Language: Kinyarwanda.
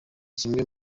kimwe